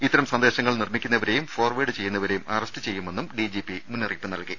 ഇത്തരം സന്ദേശങ്ങൾ നിർമ്മിക്കുന്നവരെയും ഫോർവേഡ് ചെയ്യുന്നവരെയും അറസ്റ്റ് ചെയ്യുമെന്നും ഡിജിപി മുന്നറിയിപ്പ് നൽകി